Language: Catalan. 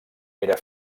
era